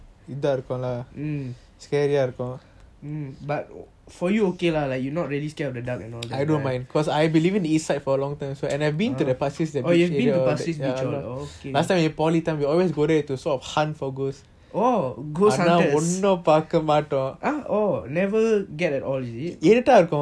mm but for you okay lah like you not really scared of the dark and all that right oh you have been to pasir ris beach orh ghost hunters oh never get at all is it